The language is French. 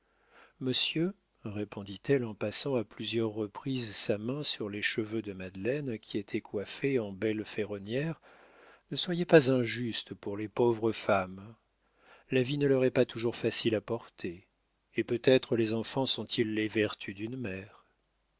monsieur répondit-elle en passant à plusieurs reprises sa main sur les cheveux de madeleine qui était coiffée en belle ferronnière ne soyez pas injuste pour les pauvres femmes la vie ne leur est pas toujours facile à porter et peut-être les enfants sont-ils les vertus d'une mère